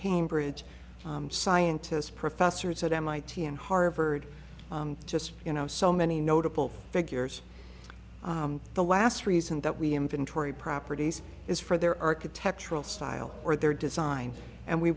cambridge scientists professors at mit and harvard just you know so many notable figures the last reason that we inventory properties is for their architectural style or their design and we